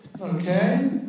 okay